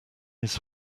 his